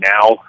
now